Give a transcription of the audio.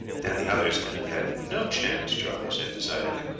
then the others can have had no chance, charlie said decidedly.